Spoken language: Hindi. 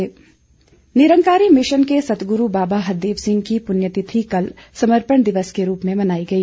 संत निरंकारी मण्डल निरंकारी मिशन के सतगुरू बाबा हरदेव सिंह की पुण्य तिथि कल समर्पण दिवस के रूप में मनाई गई